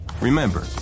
Remember